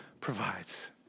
provides